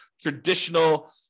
traditional